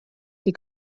die